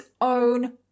own